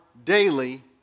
Daily